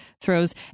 throws